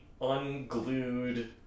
unglued